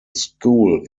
school